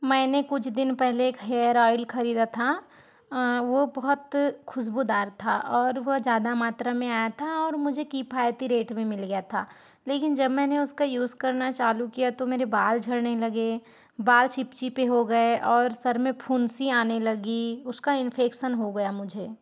मैंने कुछ दिन पहले एक हेयर ऑयल खरीदा था वो बहुत खुशबूदार था और वो ज़्यादा मात्रा में आया था और मुझे किफ़ायती रेट में मिल गया था लेकिन जब मैंने उसका यूज़ करना चालू किया तो मेरे बाल झड़ने लगे बाल चिपचिपे हो गए और सिर में फुंसियाँ आने लगी उसका इन्फ़ैक्शन हो गया मुझे